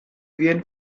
bien